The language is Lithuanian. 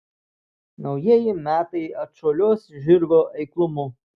naujieji metai atšuoliuos žirgo eiklumu